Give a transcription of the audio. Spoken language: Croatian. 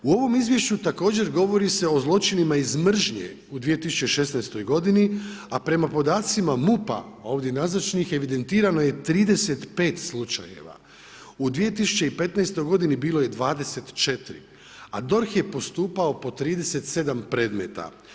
U ovom izvješću također govori se o zločinima iz mržnje u 2016. godini, a prema podacima MUP-a, ovdje nazočnih, evidentirano je 35 slučajeva, u 2015. godini bilo je 24, a DORH je postupao po 37 predmeta.